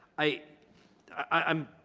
i i'm